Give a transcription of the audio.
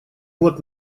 вот